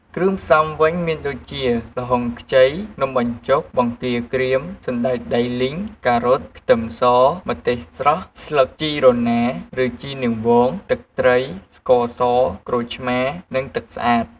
គ្រឿងផ្សំវិញមានដូចជា ល្ហុងខ្ចី នំបញ្ចុក បង្គាក្រៀម សណ្ដែកដីលីង ការ៉ុត ខ្ទឹមស ម្ទេសស្រស់ ស្លឹកជីរណាឬជីនាងវង ទឹកត្រី ស្ករស ក្រូចឆ្មារ និងទឹកស្អាត។